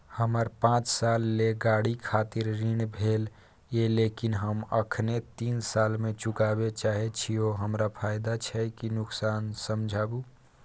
हमर पाँच साल ले गाड़ी खातिर ऋण भेल ये लेकिन हम अखने तीन साल में चुकाबे चाहे छियै हमरा फायदा छै की नुकसान समझाबू?